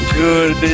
good